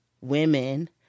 women